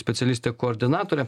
specialistė koordinatorė